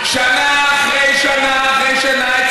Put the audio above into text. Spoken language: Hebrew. שנה אחרי שנה אחרי שנה,